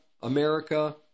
America